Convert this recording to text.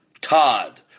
Todd